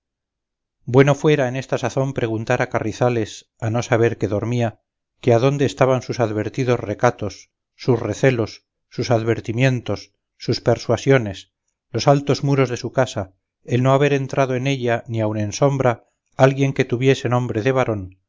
bueno fuera en esta sazón preguntar a carrizales a no saber que dormía que adónde estaban sus advertidos recatos sus recelos sus advertimientos sus persuasiones los altos muros de su casa el no haber entrado en ella ni aun en sombra alguien que tuviese nombre